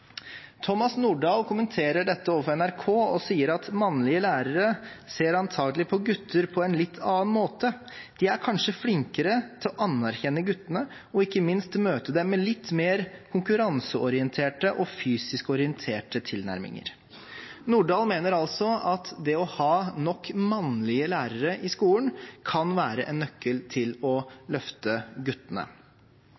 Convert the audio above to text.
Thomas Nordahl kommenterer dette overfor NRK, og sier at mannlige lærere antakelig ser på gutter på en litt annen måte. De er kanskje flinkere til å anerkjenne guttene, og ikke minst møte dem med litt mer konkurranseorienterte og fysisk orienterte tilnærminger. Nordahl mener altså at det å ha nok mannlige lærere i skolen kan være en nøkkel til å løfte guttene.